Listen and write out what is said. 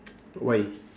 why